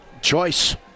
Choice